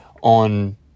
on